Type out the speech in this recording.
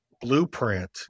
blueprint